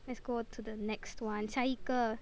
let's go to the next one 下一个